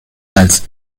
als